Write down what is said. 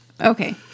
Okay